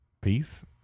Peace